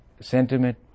sentiment